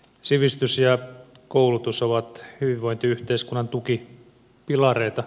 sivistys ja koulutus ovat hyvinvointiyhteiskunnan tukipilareita